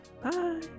Bye